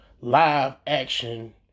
live-action